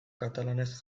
katalanez